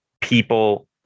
people